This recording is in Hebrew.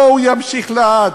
לא, הוא ימשיך לעד.